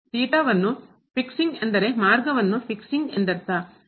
ಥೀಟಾವನ್ನು ಫಿಕ್ಸಿಂಗ್ ಸರಿಪಡಿಸುವುದು ಎಂದರೆ ಮಾರ್ಗವನ್ನು ಫಿಕ್ಸಿಂಗ್ ಸರಿಪಡಿಸುವುದುಎಂದರ್ಥ